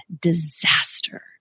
disaster